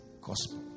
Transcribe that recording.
gospel